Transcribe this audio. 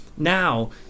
Now